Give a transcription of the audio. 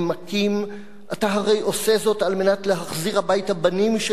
אתה הרי עושה זאת על מנת להחזיר הביתה בנים שנשלחו על-ידינו,